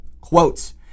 Quotes